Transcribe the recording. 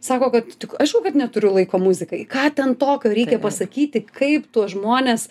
sako kad tik aišku kad neturiu laiko muzikai ką ten tokio reikia pasakyti kaip tuos žmones